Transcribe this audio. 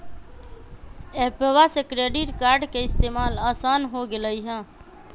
एप्पवा से credit card के इस्तेमाल असान हो गेलई ह